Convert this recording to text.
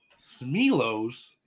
Smilos